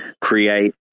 create